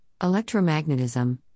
electromagnetism